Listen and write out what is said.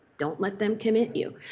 don't let them commit you.